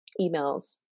emails